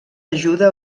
ajuda